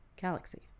galaxy